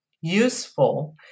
useful